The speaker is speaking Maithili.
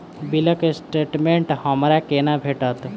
बिलक स्टेटमेंट हमरा केना भेटत?